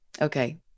Okay